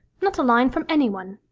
not a line from anyone.